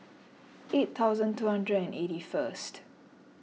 eight thousand two hundred and eighty first